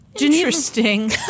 Interesting